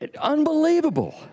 Unbelievable